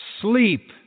sleep